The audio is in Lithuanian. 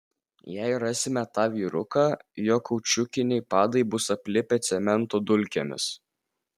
jei rasime tą vyruką jo kaučiukiniai padai bus aplipę cemento dulkėmis